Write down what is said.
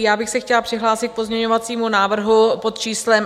Já bych se chtěla přihlásit k pozměňovacímu návrhu pod číslem 921.